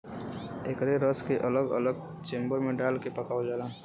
एकरे रस के अलग अलग चेम्बर मे डाल के पकावल जाला